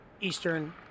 Eastern